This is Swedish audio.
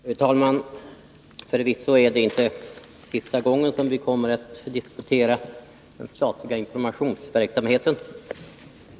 Fru talman! Förvisso är det inte sista gången som vi diskuterar den statliga informationsverksamheten.